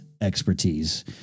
expertise